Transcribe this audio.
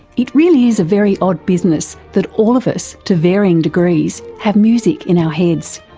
it really is a very odd business that all of us, to varying degrees, have music in our heads.